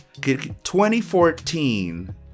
2014